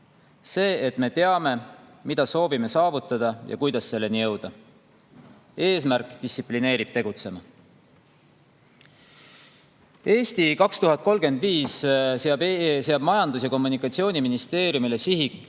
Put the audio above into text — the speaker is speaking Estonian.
see, et me teame, mida soovime saavutada ja kuidas selleni jõuda. Eesmärk distsiplineerib tegutsema. "Eesti 2035" seab Majandus- ja Kommunikatsiooniministeeriumile sihid